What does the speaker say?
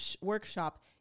workshop